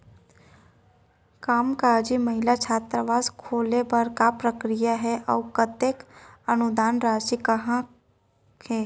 कामकाजी महिला छात्रावास खोले बर का प्रक्रिया ह अऊ कतेक अनुदान राशि कतका हे?